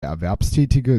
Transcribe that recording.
erwerbstätige